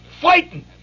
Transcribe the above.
fighting